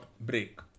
break